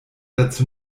dazu